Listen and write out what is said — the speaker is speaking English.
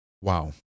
Wow